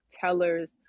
tellers